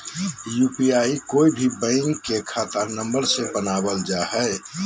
UPI कोय भी bank के खाता नंबर से बनावल जा हइ